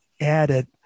added